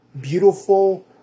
beautiful